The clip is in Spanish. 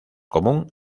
común